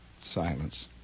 Silence